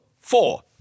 four